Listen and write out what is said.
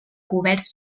coberts